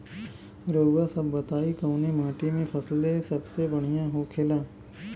रउआ सभ बताई कवने माटी में फसले सबसे बढ़ियां होखेला?